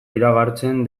iragartzen